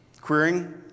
querying